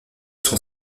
son